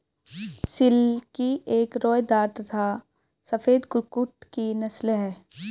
silkie एक रोएदार तथा सफेद कुक्कुट की नस्ल है